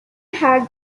head